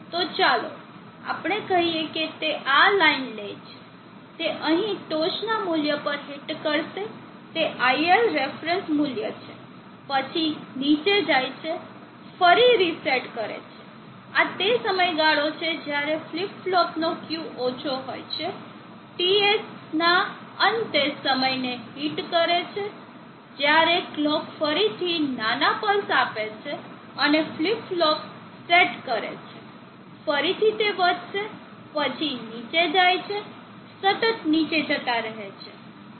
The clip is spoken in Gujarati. તો ચાલો આપણે કહીએ કે તે આ લાઈન લે છે તે અહીં ટોચના મૂલ્ય પર હીટ કરશે તે il રેફરન્સ મૂલ્ય છે પછી નીચે જાય છે ફરી રીસેટ કરે છે આ તે સમયગાળો છે જ્યારે ફ્લિપ ફ્લોપનો Q ઓછો હોય છે TS ના અંતે સમય ને હીટ કરે છે જ્યારે કલોક ફરીથી નાના પલ્સ આપે છે અને ફ્લિપ ફ્લોપ સેટ કરે છે ફરીથી તે વધશે પછી નીચે જાય છે સતત નીચે જતા રહે છે